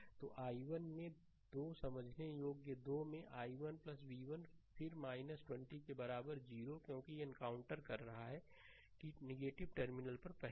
तो i1 में 2 समझने योग्य 2 में i1 v1 फिर 20 के बराबर 0 क्योंकि यह एनकाउंटर कर रहा है कि टर्मिनल पर पहले